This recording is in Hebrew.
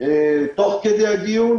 תוך כדי הדיון